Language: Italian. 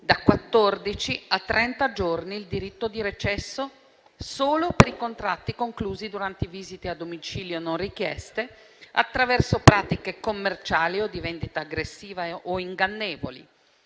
a trenta giorni il diritto di recesso solo per i contratti conclusi durante visite a domicilio non richieste, attraverso pratiche commerciali o di vendita aggressiva o ingannevoli.